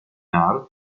hart